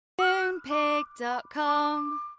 Moonpig.com